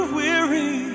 weary